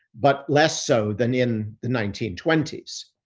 but less so than in the nineteen twenty s.